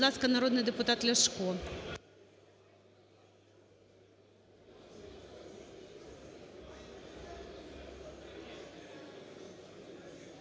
Дякую.